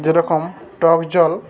যেরকম টক জল